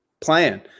plan